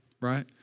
Right